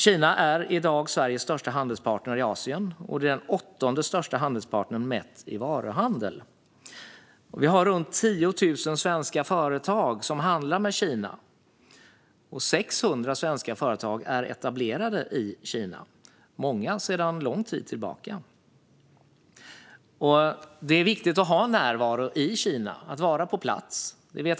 Kina är i dag Sveriges största handelspartner i Asien, och det är den åttonde största handelspartnern mätt i varuhandel. Det är runt 10 000 svenska företag som handlar med Kina, och 600 svenska företag är etablerade i Kina - många sedan lång tid tillbaka. Det är viktigt att ha en närvaro i Kina, att vara på plats.